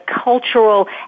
cultural